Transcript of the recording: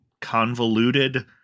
convoluted